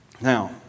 Now